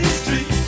street